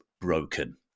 broken